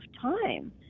time